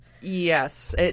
Yes